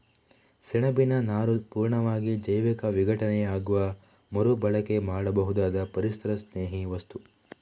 ಸೆಣಬಿನ ನಾರು ಪೂರ್ಣವಾಗಿ ಜೈವಿಕ ವಿಘಟನೆಯಾಗುವ ಮರು ಬಳಕೆ ಮಾಡಬಹುದಾದ ಪರಿಸರಸ್ನೇಹಿ ವಸ್ತು